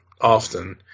often